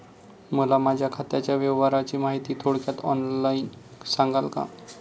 मला माझ्या खात्याच्या व्यवहाराची माहिती थोडक्यात ऑनलाईन सांगाल का?